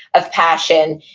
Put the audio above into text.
of passion,